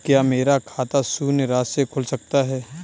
क्या मेरा खाता शून्य राशि से खुल सकता है?